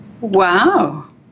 Wow